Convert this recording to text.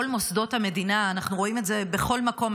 מוסדות המדינה, אנחנו רואים את זה בכל מקום.